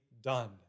done